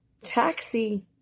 taxi